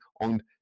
on